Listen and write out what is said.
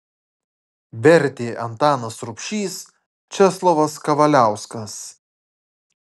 vertė antanas rubšys česlovas kavaliauskas